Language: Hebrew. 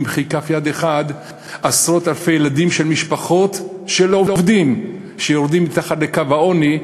במחי יד עשרות אלפי ילדים של משפחות של עובדים יורדים מתחת לקו העוני,